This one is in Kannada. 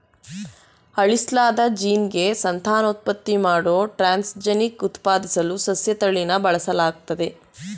ಅಳಿಸ್ಲಾದ ಜೀನ್ಗೆ ಸಂತಾನೋತ್ಪತ್ತಿ ಮಾಡೋ ಟ್ರಾನ್ಸ್ಜೆನಿಕ್ ಉತ್ಪಾದಿಸಲು ಸಸ್ಯತಳಿನ ಬಳಸಲಾಗ್ತದೆ